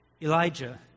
Elijah